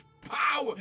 power